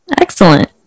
Excellent